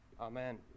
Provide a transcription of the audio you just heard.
amen